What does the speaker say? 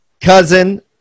Cousin